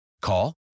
Call